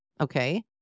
Okay